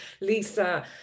Lisa